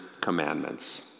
Commandments